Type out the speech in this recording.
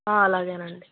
అలాగేనండి